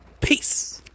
Peace